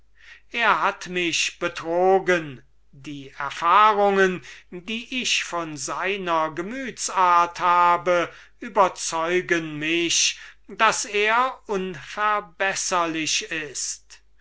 er hat mich betrogen und die erfahrungen die ich von seiner gemüts-art habe überzeugen mich daß er unverbesserlich ist